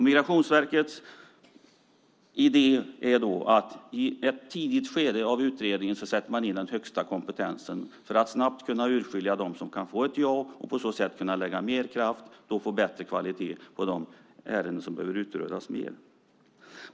Migrationsverkets idé är att i ett tidigt skede i utredningen sätta in högsta kompetensen för att snabbt kunna urskilja dem som kan få ett jobb och på så sätt kunna lägga mer kraft och få en bättre kvalitet på de ärenden som behöver utredas mer.